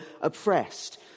oppressed